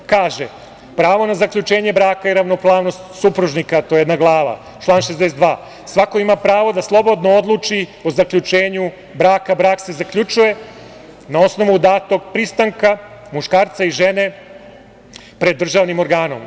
Kaže – pravo na zaključenje braka i ravnopravnost supružnika, to je jedna glava, član 62. svako ima pravo da slobodno odluči o zaključenju braka, brak se zaključuje na osnovu datog pristanka muškarca i žene pred državnim organom.